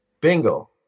Bingo